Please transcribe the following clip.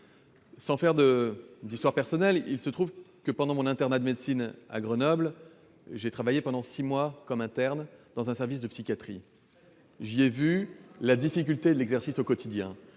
mon histoire personnelle, il se trouve que, pendant mon internat de médecine à Grenoble, j'ai travaillé pendant six mois comme interne dans un service de psychiatrie. C'est émouvant ! J'y ai vu la difficulté de l'exercice au quotidien,